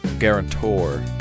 guarantor